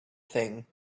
thing